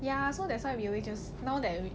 ya so that's why we always just now that